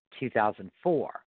2004